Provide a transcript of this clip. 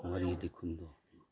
ꯋꯥꯔꯤ ꯂꯤꯈꯨꯟꯗꯣ